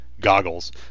goggles